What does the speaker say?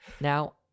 Now